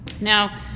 Now